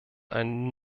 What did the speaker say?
ein